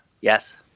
Yes